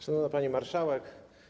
Szanowna Pani Marszałek!